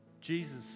Jesus